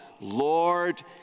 Lord